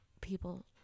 people